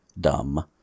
dumb